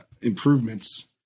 improvements